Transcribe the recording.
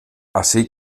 así